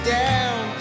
down